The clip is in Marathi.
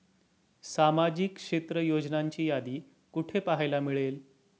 सामाजिक क्षेत्र योजनांची यादी कुठे पाहायला मिळेल?